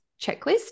checklist